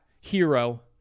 hero